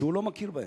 שהוא לא מכיר בהם.